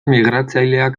migratzaileak